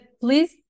please